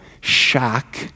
shock